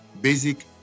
basic